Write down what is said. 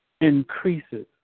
increases